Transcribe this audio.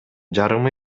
жарымы